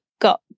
got